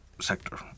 sector